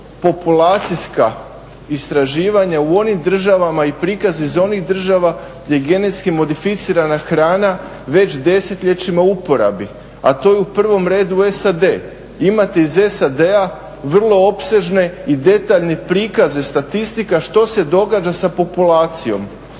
populacijska istraživanja u onim državama i prikaz iz onih država gdje genetski modificirana hrana već desetljećima u uporabi, a to je u prvom redu SAD. Imate iz SAD-a vrlo opsežne i detaljne prikaze statistika što se događa sa populacijom,